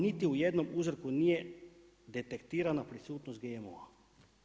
Niti u jednom uzorku nije detektirana prisutnost GMO-a.